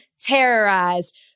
terrorized